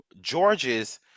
George's